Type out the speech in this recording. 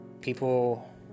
people